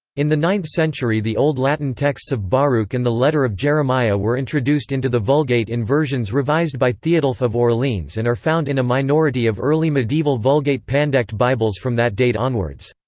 in the ninth century the old latin texts of baruch and the letter of jeremiah were introduced into the vulgate in versions revised by theodulf of orleans and are found in a minority of early medieval vulgate pandect bibles from that date onwards.